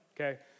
Okay